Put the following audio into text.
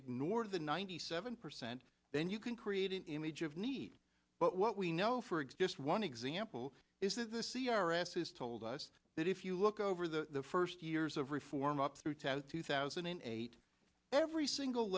ignore the ninety seven percent then you can create an image of need but what we know for exist one example is a c r s has told us that if you look over the first years of reform up through to two thousand and eight every single